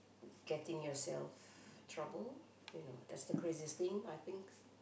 getting yourself trouble you know that's the craziest thing I think